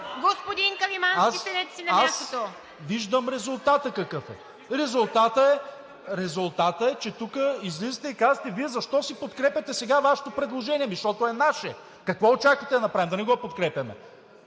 Аз виждам какъв е резултатът. Резултатът е, че тук излизате и казвате: Вие защо си подкрепяте сега Вашето предложение? Ами защото е наше! Какво очаквате да направим – да не го подкрепяме?